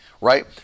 right